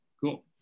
cool